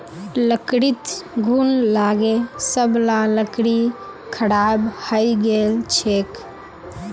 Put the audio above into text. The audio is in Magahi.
लकड़ीत घुन लागे सब ला लकड़ी खराब हइ गेल छेक